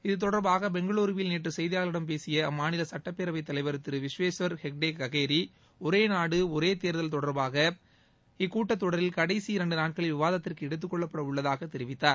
இது தொடர்பாக பெங்களுருவில் நேற்று செய்தியாளர்களிடம் பேசிய அம்மாநில சட்டப்பேரவை தலைவர் திரு விஸ்வேஸ்வர் ஹெக்டே ககேரி ஒரே நாடு ஒரே தேர்தல் தொடர்பாக இக்கூட்டத்தொடரில் கடைசி இரண்டு நாட்களில் விவாதத்திற்கு எடுத்துக்கொள்ளப்பட உள்ளதாக தெரிவித்தார்